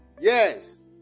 yes